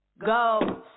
Go